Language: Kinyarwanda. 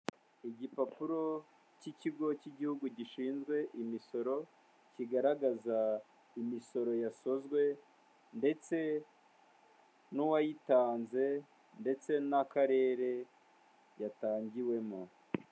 Igipapuro cy'ikigo cy'igihugu gishinzwe imisoro, kigaragaza imisoro yasozwe ndetse n'uwayitanze ndetse n'Akarere yatangiwemo.